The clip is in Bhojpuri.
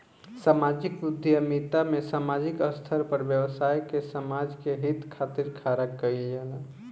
सामाजिक उद्यमिता में सामाजिक स्तर पर व्यवसाय के समाज के हित खातिर खड़ा कईल जाला